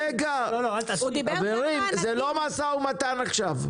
רגע חברים, זה לא משא ומתן עכשיו.